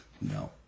No